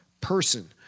person